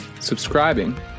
subscribing